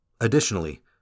Additionally